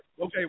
Okay